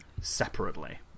separately